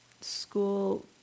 school